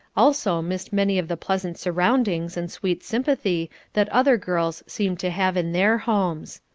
also missed many of the pleasant surroundings and sweet sympathy that other girls seemed to have in their homes.